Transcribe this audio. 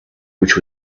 which